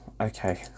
Okay